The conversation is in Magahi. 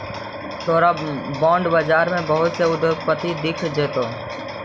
तोरा बॉन्ड बाजार में बहुत से उद्योगपति दिख जतो